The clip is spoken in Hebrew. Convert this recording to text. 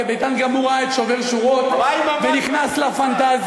בתאילנד הוא גם ראה את "שובר שורות" ונכנס לפנטזיה.